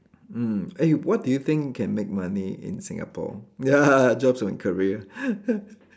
mm eh what do you think can make money in Singapore ya jobs and career